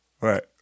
Right